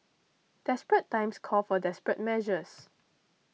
desperate times call for desperate measures